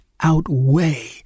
outweigh